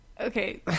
Okay